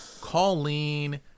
Colleen